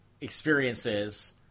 experiences